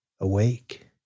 Awake